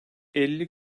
elli